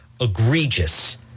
egregious